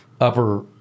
upper